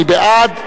מי בעד?